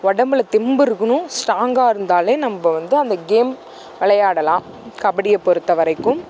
உடம்புல தெம்பு இருக்கணும் ஸ்ட்ராங்காக இருந்தாலே நம்ம வந்து அந்த கேம் விளையாடலாம் கபடியை பொறுத்த வரைக்கும்